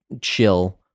chill